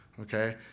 Okay